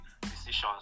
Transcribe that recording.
decisions